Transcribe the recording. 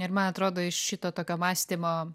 ir man atrodo iš šito tokio mąstymo